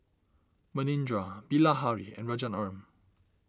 Manindra Bilahari and Rajaratnam